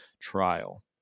trial